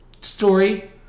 story